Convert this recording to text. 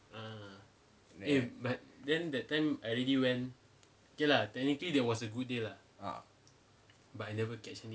ah